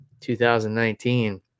2019